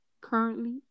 currently